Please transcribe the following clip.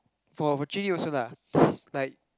for for Jun-Yi also lah like